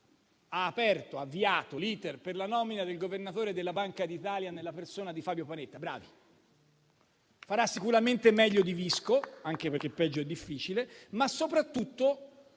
e avviato l'*iter* per la nomina del Governatore della Banca d'Italia nella persona di Fabio Panetta. Bravi, farà sicuramente meglio di Visco (anche perché peggio è difficile), ma soprattutto